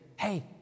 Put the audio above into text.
Hey